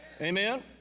Amen